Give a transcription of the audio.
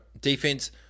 Defense